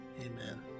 amen